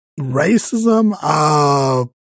racism